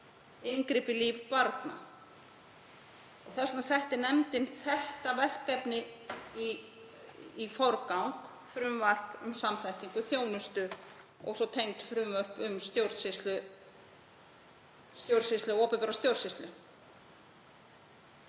inngrip í líf barna. Þess vegna setti nefndin þetta verkefni í forgang, frumvarp um samþættingu þjónustu, og svo tengd frumvörp um stjórnsýslu eða opinbera stjórnsýslu.